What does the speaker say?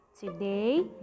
today